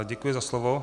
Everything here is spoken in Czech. Děkuji za slovo.